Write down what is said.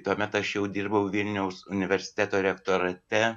tuomet aš jau dirbau vilniaus universiteto rektorate